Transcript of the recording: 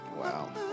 wow